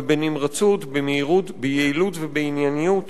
ובנמרצות, במהירות, ביעילות ובענייניות